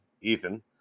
Ethan